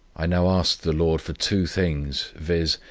i now asked the lord for two things, viz,